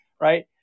right